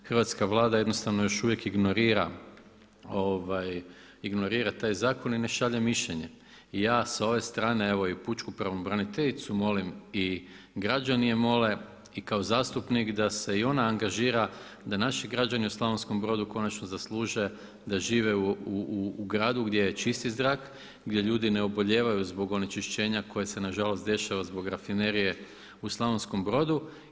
Hrvatska Vlada jednostavno još uvijek ignorira taj zakon i ne šalje mišljenje I ja s ove strane evo i pučku pravobraniteljicu molim i građani je mole i ka zastupnik da se i ona angažira da naši građani u Slavonskom Brodu konačno zasluže da žive u gradu gdje je čisti zrak, gdje ljudi ne obolijevaju zbog onečišćenja koje se nažalost dešava zbog rafinerije u Slavonskom Brodu.